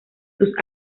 sus